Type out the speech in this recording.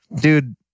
dude